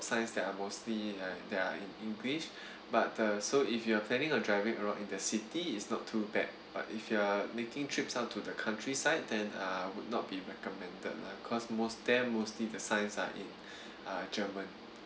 signs that are mostly uh that are in english but uh so if you are planning on driving around in the city is not too bad but if you are making trips out to the countryside then uh would not be recommended lah cause most there mostly the signs are in uh german